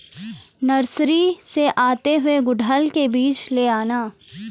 nursery से आते हुए गुड़हल के बीज ले आना